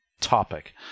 topic